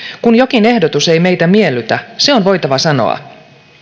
kun jokin ehdotus ei meitä miellytä se on voitava sanoa